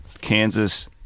Kansas